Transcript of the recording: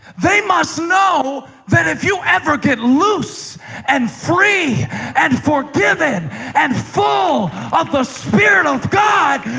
they must know that if you ever get loose and free and forgiven and full of the spirit of god,